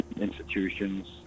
institutions